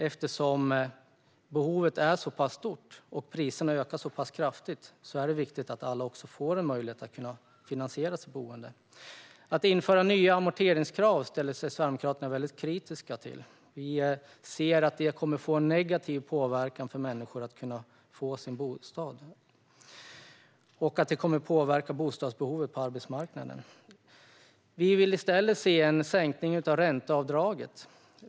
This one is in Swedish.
Eftersom behovet är så pass stort och priserna ökar så pass kraftigt är det viktigt att alla får en möjlighet att finansiera sitt boende. Att införa nya amorteringskrav ställer sig Sverigedemokraterna väldigt kritiska till. Vi ser att det kommer att få en negativ påverkan när det gäller att människor ska kunna få en bostad och att det kommer att påverka bostadsbehovet på arbetsmarknaden. Vi vill i stället se en sänkning av ränteavdraget.